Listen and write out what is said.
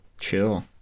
chill